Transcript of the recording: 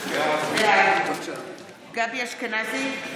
בעד גבי אשכנזי,